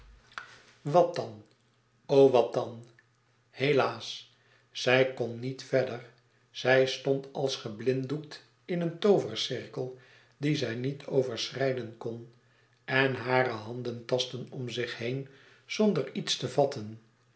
wat dan o wat dan helaas zij kon niet verder zij stond als geblinddoekt in een toovercirkel dien zij niet overschrijden kon en hare handen tastten om zich heen zonder iets te vatten